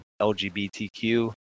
LGBTQ